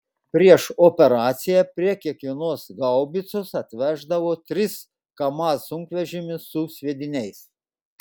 prieš operaciją prie kiekvienos haubicos atveždavo tris kamaz sunkvežimius su sviediniais